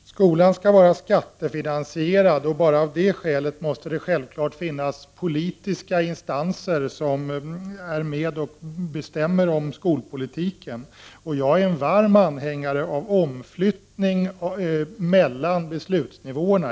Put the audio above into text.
Herr talman! Skolan skall vara skattefinansierad, och enbart av det skälet måste det självfallet finnas politiska instanser som är med och bestämmer om skolpolitiken. Jag är en varm anhängare av omflyttning mellan beslutsnivåerna.